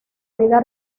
vida